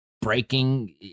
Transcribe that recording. breaking